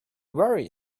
worry